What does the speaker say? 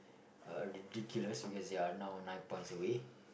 uh ridiculous because they are now nine points away